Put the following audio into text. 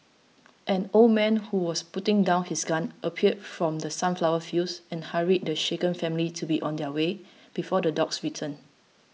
an old man who was putting down his gun appeared from the sunflower fields and hurried the shaken family to be on their way before the dogs return